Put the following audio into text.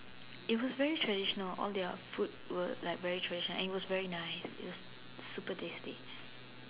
it was very traditional all their food were like very traditional and it was very nice is super tasty